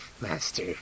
Master